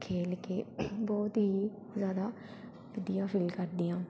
ਖੇਡ ਕੇ ਬਹੁਤ ਹੀ ਜ਼ਿਆਦਾ ਵਧੀਆ ਫੀਲ ਕਰਦੀ ਹਾਂ